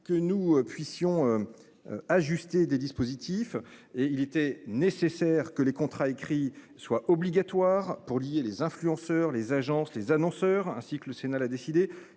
que nous puissions. Ajuster des dispositifs et il était nécessaire que les contrats écrits soit obligatoire pour lier les influenceurs les agences les annonceurs ainsi que le Sénat l'a décidé,